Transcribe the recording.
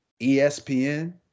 ESPN